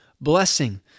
blessing